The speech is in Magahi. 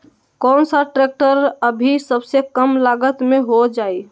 कौन सा ट्रैक्टर अभी सबसे कम लागत में हो जाइ?